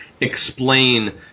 explain